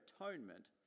atonement